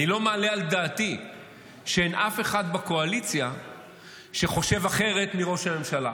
אני לא מעלה על דעתי שאין אף אחד בקואליציה שחושב אחרת מראש הממשלה.